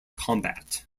combat